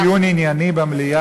אם יש פעם דיון ענייני במליאה,